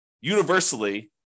universally